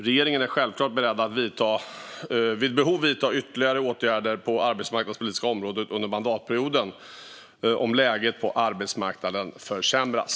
Regeringen är självklart beredd att vid behov vidta ytterligare åtgärder på det arbetsmarknadspolitiska området under mandatperioden, om läget på arbetsmarknaden försämras.